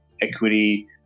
equity